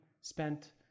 spent